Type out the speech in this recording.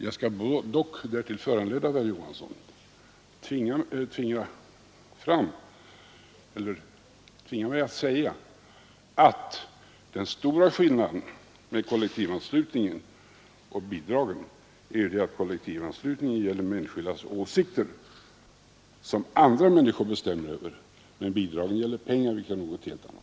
Jag skall dock — därtill föranledd av herr Johansson — tvinga mig att säga att den stora skillnaden mellan kollektivanslutningen och bidrag är den att kollektivanslutningen gäller människornas åsikter, som andra människor bestämmer över, medan bidragen gäller pengar, vilket är något helt annat.